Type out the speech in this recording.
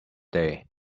day